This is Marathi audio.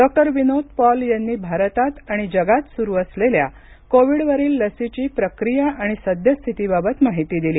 डॉक्टर विनोद पॉल यांनी भारतात आणि जगात सुरु असलेल्या कोविडवरील लसीची प्रक्रिया आणि सद्यस्थितीबाबत माहिती दिली